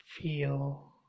feel